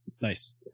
Nice